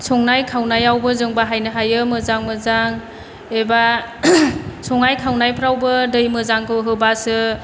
संनाय खावनायावबो जोङो बाहायनो हायो मोजां मोजां एबा संनाय खावनायफ्रावबो दै मोजांखौ होबासो